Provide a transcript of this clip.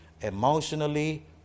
emotionally